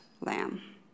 lamb